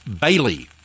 Bailey